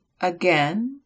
again